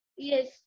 Yes